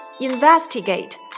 Investigate